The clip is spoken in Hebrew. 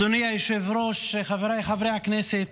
אדוני היושב-ראש, חבריי חברי הכנסת,